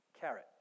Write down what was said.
Carrot